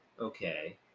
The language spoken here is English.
Okay